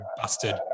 Busted